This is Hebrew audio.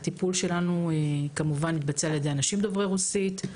הטיפול שלנו מתבצע על ידי אנשים דוברי רוסית.